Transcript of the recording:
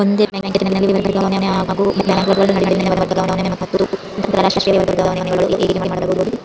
ಒಂದೇ ಬ್ಯಾಂಕಿನಲ್ಲಿ ವರ್ಗಾವಣೆ ಹಾಗೂ ಬ್ಯಾಂಕುಗಳ ನಡುವಿನ ವರ್ಗಾವಣೆ ಮತ್ತು ಅಂತರಾಷ್ಟೇಯ ವರ್ಗಾವಣೆಗಳು ಹೇಗೆ ಮಾಡುವುದು?